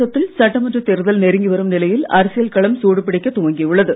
தமிழகத்தில் சட்டமன்ற தேர்தல் நெருங்கி வரும் நிலையில் அரசியல் களம் சூடுபிடிக்க துவங்கியுள்ளது